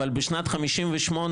אבל בשנת 58',